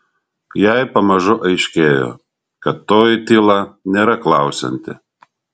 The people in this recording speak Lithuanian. jai pamažu aiškėjo kad toji tyla nėra klausianti